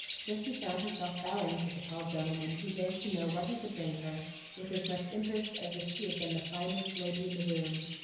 jessie found herself bowing to the tall gentleman, who begged to know what he could bring her with as much interest as if she had been the finest lady in the room.